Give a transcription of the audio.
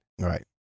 Right